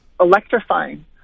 electrifying